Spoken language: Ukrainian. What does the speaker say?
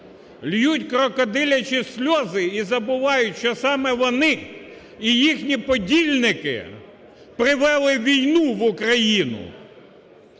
ллють "крокодилячі" сльози і забувають, що саме вони і їхні подільники привели війну в Україну.